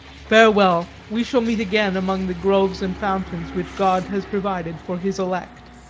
farewell, we shall meet again among the groves and fountains which god has provided for his elect.